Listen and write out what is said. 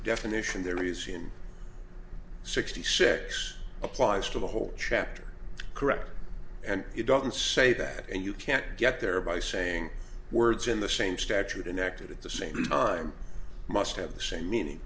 definition there is in sixty six applies to the whole chapter correct and it doesn't say that and you can't get there by saying words in the same stature the neck at the same time must have the same meaning